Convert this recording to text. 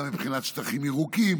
גם מבחינת שטחים ירוקים,